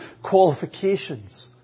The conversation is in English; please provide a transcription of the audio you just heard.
qualifications